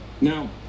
Now